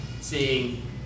seeing